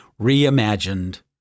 reimagined